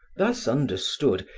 thus understood,